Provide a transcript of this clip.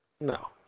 No